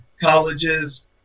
colleges